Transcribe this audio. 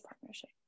partnership